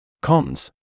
Cons